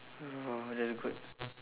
oh that's good